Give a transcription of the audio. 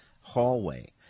hallway